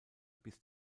bis